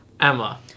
Emma